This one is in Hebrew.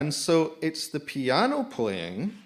And so, it's the piano playing